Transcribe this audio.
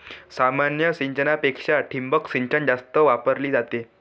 सामान्य सिंचनापेक्षा ठिबक सिंचन जास्त वापरली जाते